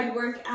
work